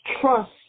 trust